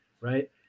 right